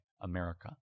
America